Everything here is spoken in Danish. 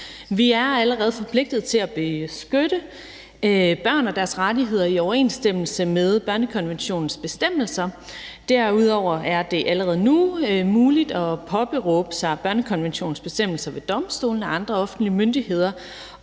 Vi er allerede forpligtede til at beskytte børn og deres rettigheder i overensstemmelse med børnekonventionens bestemmelser. Derudover er det allerede nu muligt at påberåbe sig børnekonventionens bestemmelser ved domstolene og andre offentlige myndigheder.